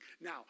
Now